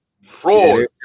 fraud